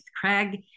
Craig